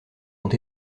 ont